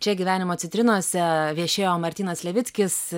čia gyvenimo citrinose viešėjo martynas levickis